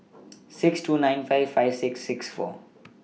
six two nine five five six six four